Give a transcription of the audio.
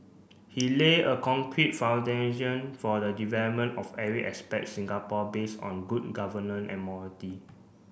he lay a concrete foundation for the development of every aspect Singapore based on good governance and morality